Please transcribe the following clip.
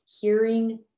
hearing